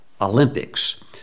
Olympics